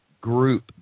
group